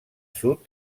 sud